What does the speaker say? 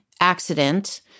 accident